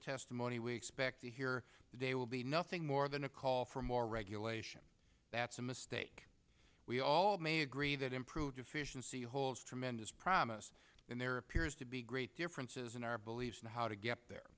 testimony we expect to hear today will be nothing more than a call for more regulation that's a mistake we all may agree that improved efficiency holds tremendous promise there appears to be great differences in our beliefs and how to get there